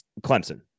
Clemson